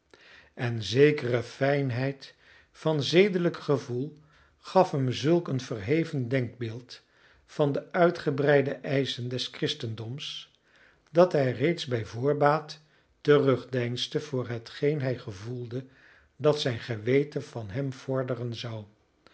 en zekere fijnheid van zedelijk gevoel gaf hem zulk een verheven denkbeeld van de uitgebreide eischen des christendoms dat hij reeds bij voorbaat terugdeinsde voor hetgeen hij gevoelde dat zijn geweten van hem vorderen zou